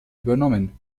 übernommen